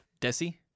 Desi